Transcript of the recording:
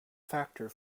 factor